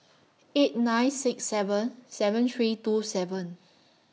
eight nine six seven seven three two seven